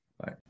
Bye